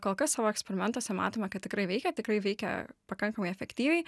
kol kas savo eksperimentuose matome kad tikrai veikia tikrai veikia pakankamai efektyviai